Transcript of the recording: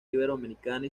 iberoamericana